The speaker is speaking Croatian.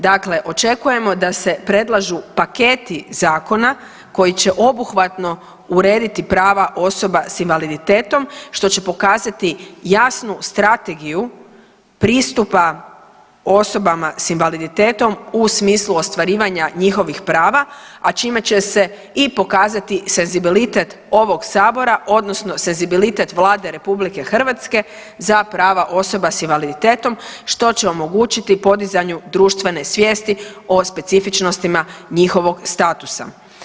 Dakle očekujemo da se predlažu paketi zakona koji će obuhvatno urediti prava osoba s invaliditetom, što će pokazati jasnu strategiju pristupa osobama s invaliditetom u smislu ostvarivanja njihovih prava, a čime će se i pokazati senzibilitet ovog Sabora, odnosno senzibilitet Vlade RH za prava osoba s invaliditetom, što će omogućiti podizanju društvene svijesti o specifičnostima njihovog statusa.